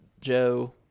Joe